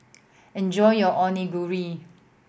enjoy your Onigiri